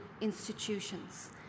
institutions